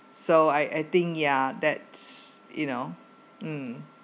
so I I think yeah that's you know mm